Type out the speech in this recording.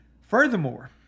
Furthermore